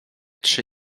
trzy